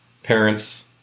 Parents